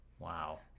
Wow